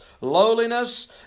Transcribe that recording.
lowliness